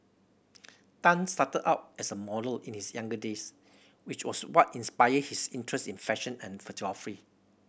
Tan started out as a model in his younger days which was what inspired his interest in fashion and photography